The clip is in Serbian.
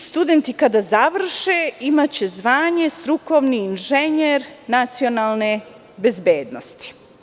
Studenti kada završe imaće zvanje strukovni inženjer nacionalne bezbednosti.